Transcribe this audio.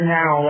now